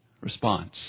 response